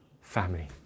family